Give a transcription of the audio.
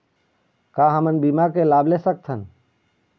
का हमन बीमा के लाभ ले सकथन?